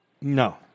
No